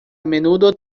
menudo